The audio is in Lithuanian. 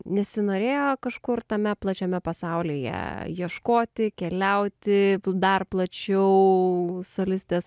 nesinorėjo kažkur tame plačiame pasaulyje ieškoti keliauti dar plačiau solistės